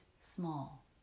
small